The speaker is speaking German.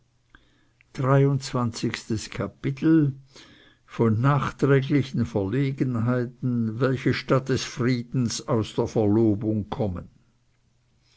dreiundzwanzigstes kapitel von nachträglichen verlegenheiten welche statt des friedens aus der verlobung kommen